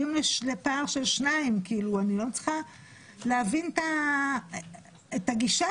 ברשותכם, אני אקריא את הטיוטה